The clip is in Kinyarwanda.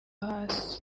hasi